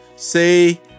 Say